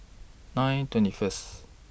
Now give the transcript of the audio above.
nine twenty First